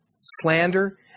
slander